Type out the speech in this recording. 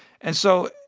and so,